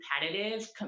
competitive